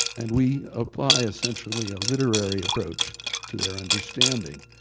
and we apply essentially a literary approach to their understanding.